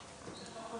שקלים